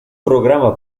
programa